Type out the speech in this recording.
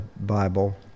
Bible